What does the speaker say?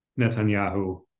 Netanyahu